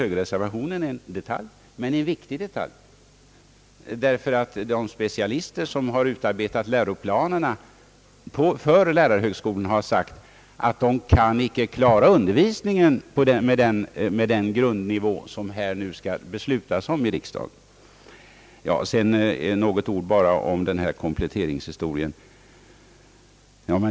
Högerreservationen är en detalj, men en viktig detalj, ty de specialister som har utarbetat läroplanerna för lärarhögskolorna har sagt, att de inte kan klara undervisningen med den grundnivå som nu skall beslutas i riksdagen. Så bara ett ord om kompletteringshistorien.